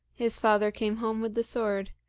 his father came home with the sword.